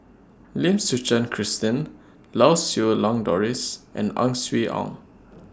Lim Suchen Christine Lau Siew Lang Doris and Ang Swee Aun